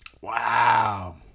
Wow